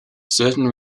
certain